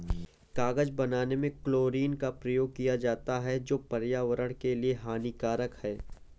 कागज बनाने में क्लोरीन का प्रयोग किया जाता है जो पर्यावरण के लिए हानिकारक है